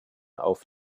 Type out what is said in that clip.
auf